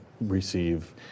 receive